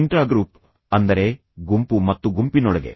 intragroup ಅಂದರೆ ಗುಂಪು ಮತ್ತು ಗುಂಪಿನೊಳಗೆ